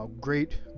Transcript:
Great